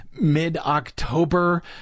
mid-October